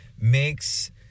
makes